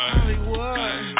Hollywood